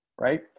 Right